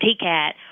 TCAT